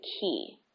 key